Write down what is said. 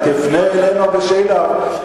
תפנה אליו בשאילתא,